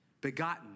begotten